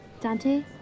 Dante